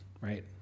right